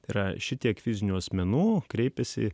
yra šitiek fizinių asmenų kreipėsi